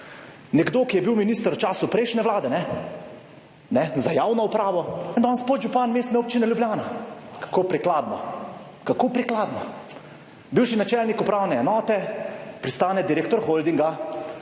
Nekdo, ki je bil minister v času prejšnje Vlade, ne, ne, za javno upravo, je danes podžupan Mestne občine Ljubljana. Kako prikladno, kako prikladno. Bivši načelnik upravne enote pristane direktor Holdinga,